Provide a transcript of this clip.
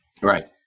right